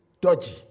dodgy